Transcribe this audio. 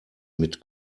mit